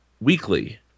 weekly